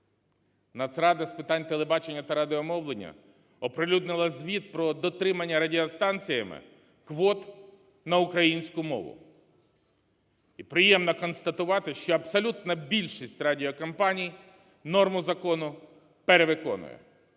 Нацрада з питань телебачення та радіомовлення оприлюднила звіт про дотримання радіостанціями квот на українську мову. І приємно констатувати, що абсолютна більшість радіокомпаній норму закону перевиконує.